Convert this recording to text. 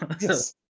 Yes